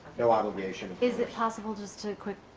no obligation. is it possible just to quick.